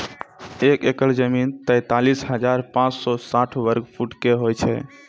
एक एकड़ जमीन, तैंतालीस हजार पांच सौ साठ वर्ग फुटो के होय छै